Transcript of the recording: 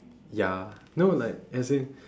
ya no like as in